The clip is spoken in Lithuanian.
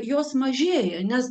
jos mažėja nes